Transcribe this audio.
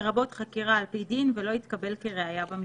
לרבות חקירה על פי דין, ולא יתקבל כראיה במשפט.